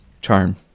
charm